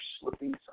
slipping